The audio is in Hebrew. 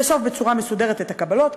לאסוף בצורה מסודרת את הקבלות.